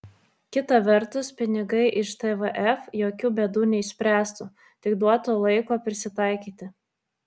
kita vertus pinigai iš tvf jokių bėdų neišspręstų tik duotų laiko prisitaikyti